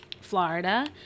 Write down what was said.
Florida